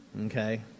Okay